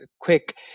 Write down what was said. quick